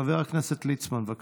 חבר הכנסת ליצמן, בבקשה.